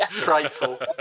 Grateful